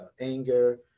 anger